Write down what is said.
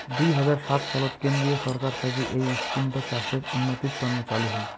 দুই হাজার সাত সালত কেন্দ্রীয় ছরকার থাকি এই ইস্কিমটা চাষের উন্নতির তন্ন চালু হই